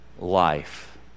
life